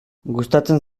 gustatzen